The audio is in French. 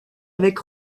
avec